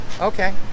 Okay